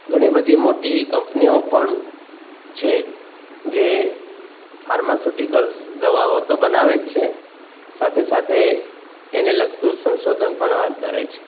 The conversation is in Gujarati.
ઘણી બધી મોટી કંપનીઓ પણ છે જે ફાર્માસ્યુટિકલ્સ દવાઓ તો બનાવે જ છે સાથે સાથે એને લગતું સંશોધન પણ હાથ ધરે છે